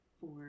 for-